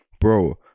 bro